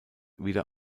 wieder